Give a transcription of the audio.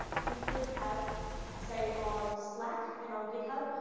you could have say, on slack and on github,